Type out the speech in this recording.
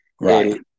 Right